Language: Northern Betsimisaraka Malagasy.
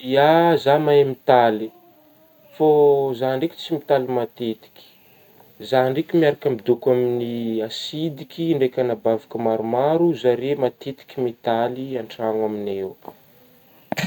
Ya zah mahay mitaly fô zah ndraiky tsy mitaly matetiky, zah ndraiky miara-midoko amin'gny asidiky ndraiky anabaviko maromaro zare matetika mitaky an-tragno amin'gnay ao.